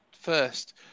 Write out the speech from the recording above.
First